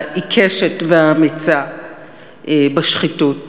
העיקשת והאמיצה בשחיתות